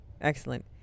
excellent